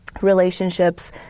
relationships